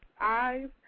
eyes